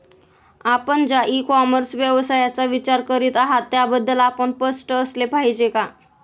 आपण ज्या e commerce व्यवसायाचा विचार करीत आहात त्याबद्दल आपण स्पष्ट असले पाहिजे का?